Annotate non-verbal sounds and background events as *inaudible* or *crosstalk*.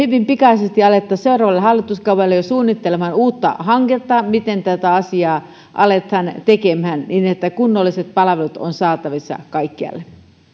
*unintelligible* hyvin pikaisesti aloitettaisiin jo seuraavalla hallituskaudella suunnittelemaan uutta hanketta miten tätä asiaa aletaan tekemään niin että kunnolliset palvelut ovat saatavissa kaikkialle